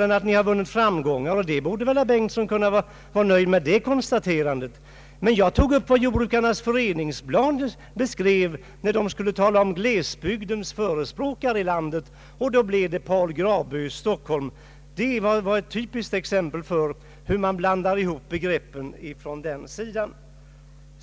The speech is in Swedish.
än att ni har vunnit framgångar, och herr Bengtson borde väl kunna vara nöjd med det konstaterandet. Men jag tog upp vad Jordbrukarnas Föreningsblad skrev beträffande glesbygdens förespråkare i landet, och då blev det Paul Grabö i Stockholm som man nämnde. Det är ett typiskt exempel på hur man blandar ihop begreppen på den sidan.